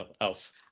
else